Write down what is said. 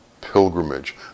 pilgrimage